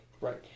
Right